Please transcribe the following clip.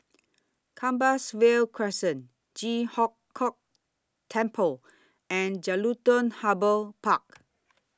Compassvale Crescent Ji Huang Kok Temple and Jelutung Harbour Park